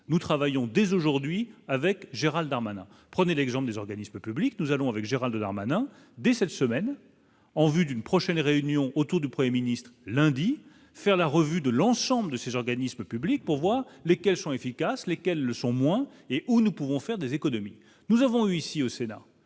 nous travaillons dès aujourd'hui avec Gérald Darmanin prenez l'exemple des organismes publics, nous allons avec Gérald Darmanin dès cette semaine en vue d'une prochaine réunion autour du 1er ministre lundi faire la revue de l'ensemble de ces organismes publics pour lesquels sont efficaces les le sont moins et où nous pouvons faire des économies, nous avons ici au Sénat,